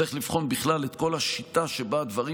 צריך לבחון בכלל את כל השיטה שבה הדברים